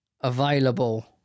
Available